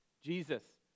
Jesus